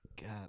God